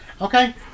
Okay